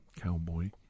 cowboy